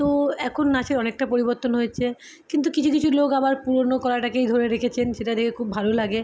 তো এখন নাচের অনেকটা পরিবর্তন হয়েছে কিন্তু কিছু কিছু লোক আবার পুরনো কলাটাকেই ধরে রেখেছেন সেটা দেখে খুব ভালো লাগে